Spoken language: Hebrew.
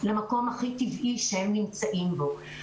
למקום הכי טבעי שהם נמצאים בו.